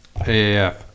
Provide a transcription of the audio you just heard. AAF